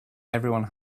everyone